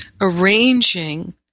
arranging